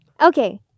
okay